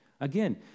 again